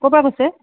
ক'ৰ পৰা কৈছে